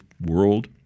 world